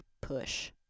Push